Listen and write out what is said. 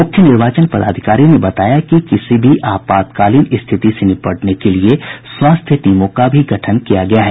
मुख्य निर्वाचन पदाधिकारी ने बताया कि किसी भी आपातकालीन स्थिति से निपटने के लिये स्वास्थ्य टीमों का भी गठन किया गया है